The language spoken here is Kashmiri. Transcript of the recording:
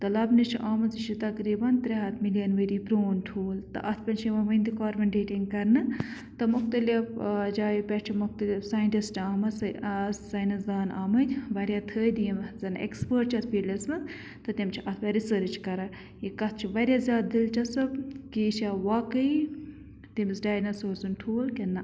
تہٕ لَبنہٕ چھِ آمُت یہِ چھِ تقریٖباً ترٛےٚ ہَتھ مِلیَن ؤری پرٛون ٹھوٗل تہٕ اَتھ پٮ۪ٹھ چھِ یِوان وُنہ تہِ کاربَن ڈیٹِنٛگ کَرنہٕ تہٕ مختلف جایو پٮ۪ٹھ چھِ مختلف ساینٹِسٹہٕ آمٕتۍ ساینَس داں آمٕتۍ واریاہ تھٔدۍ یِم اَتھ زَن ایکٕسپٲٹ چھِ اَتھ فیٖلڈَس منٛز تہٕ تِم چھِ اَتھ پٮ۪ٹھ رِسٲرٕچ کَران یہِ کَتھ چھِ واریاہ زیادٕ دِلچسٕپ کہِ یہِ چھےٚ واقعی تٔمِس ڈایناسور سُنٛد ٹھوٗل کِنہٕ نہ